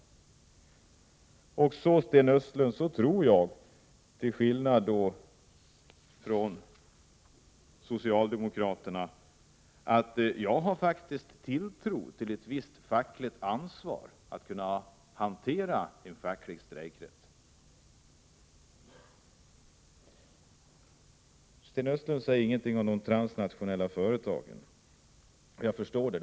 Till skillnad från socialdemokraterna, Sten Östlund, har jag faktiskt tilltro till ett visst fackligt ansvar när det gäller att hantera en facklig strejkrätt. Sten Östlund säger ingenting om de transnationella företagen. Jag förstår det.